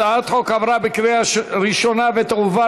הצעת החוק עברה בקריאה ראשונה ותועבר